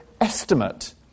estimate